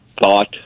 thought